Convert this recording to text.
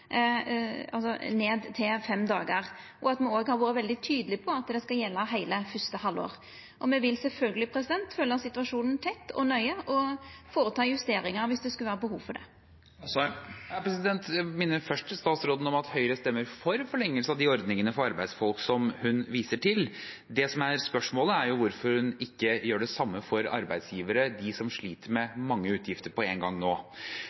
ned til fem dagar, og at me òg har vore veldig tydelege på at det skal gjelda heile fyrste halvår. Me vil sjølvsagt følgja situasjonen tett og nøye og gjera justeringar om det skulle vera behov for det. Jeg vil først minne statsråden om at Høyre stemmer for en forlengelse av de ordningene for arbeidsfolk som hun viser til. Det som er spørsmålet, er jo hvorfor hun ikke gjør det samme for arbeidsgivere, de som nå sliter med mange utgifter på en gang.